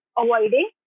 avoiding